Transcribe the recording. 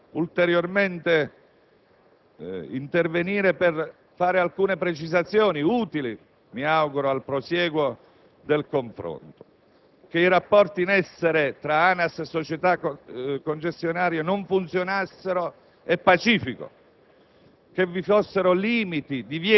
Sul punto volevo ulteriormente intervenire per fare alcune precisazioni utili - mi auguro - al prosieguo del confronto. Che i rapporti in essere tra ANAS e società concessionarie non funzionassero è pacifico